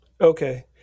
okay